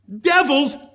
Devils